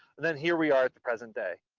then here we are at the present day.